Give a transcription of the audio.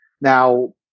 Now